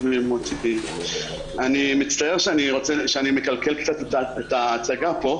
אני מצטער שאני מקלקל קצת את ההצגה כאן